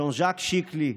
ז'אן ז'אק שיקלי,